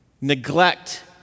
neglect